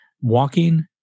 walking